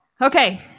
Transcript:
Okay